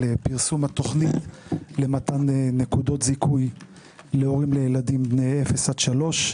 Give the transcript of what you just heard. על פרסום התוכנית למתן נקודות זיכוי להורים לילדים בני 0 עד 3,